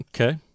Okay